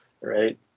right